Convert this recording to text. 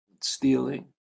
stealing